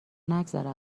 نگذره